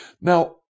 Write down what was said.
Now